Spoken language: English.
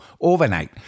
overnight